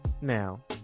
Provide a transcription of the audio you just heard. Now